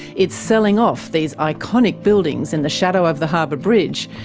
it's selling off these iconic buildings in the shadow of the harbour bridge,